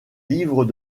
livres